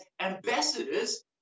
ambassadors